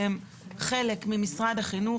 שהם חלק ממשרד החינוך,